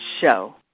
show